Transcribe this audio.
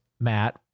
Matt